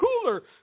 cooler